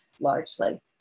largely